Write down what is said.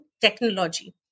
technology